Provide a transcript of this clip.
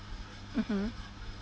mmhmm